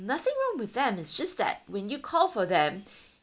nothing wrong with them it's just that when you call for them